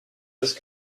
ist